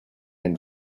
end